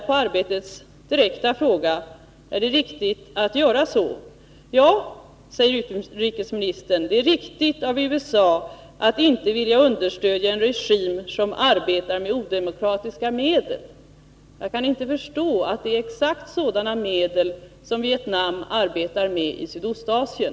På Arbetets direkta fråga om det är riktigt att göra så svarar utrikesministern: Ja, det är riktigt av USA att inte vilja understödja en regim, som arbetar med odemokratiska medel. Jag kan inte förstå annat än att det är exakt sådana medel som Vietnam arbetar med i Sydostasien.